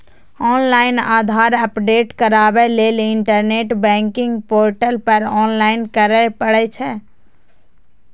online Aadhaar update कराबै लेल internet banking portal पर लॉगइन करय पड़ै छै